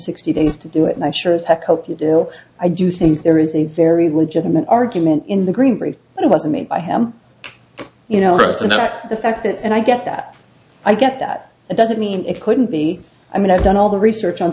sixty days to do it and i sure as heck hope you do i do think there is a very legitimate argument in the green brief but it was made by him you know that's not the fact and i get that i get that it doesn't mean it couldn't be i mean i've done all the research on